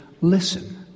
listen